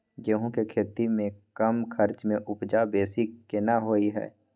गेहूं के खेती में कम खर्च में उपजा बेसी केना होय है?